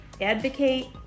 advocate